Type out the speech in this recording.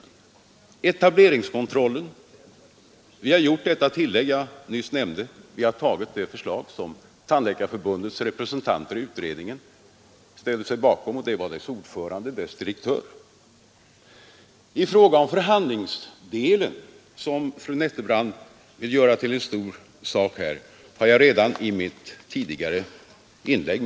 Beträffande etableringskontrollen har vi gjort det tillägg jag nyss nämnde. Vi har i övrigt tagit det förslag som Tandläkarförbundets representanter i utredningen ställde sig bakom — det var dess ordförande och dess direktör. Förhandlingsfrågan, som fru andre vice talmannen Nettelbrandt vill göra till en stor sak här, har jag redan berört i mitt tidigare inlägg.